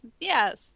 yes